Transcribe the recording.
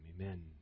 Amen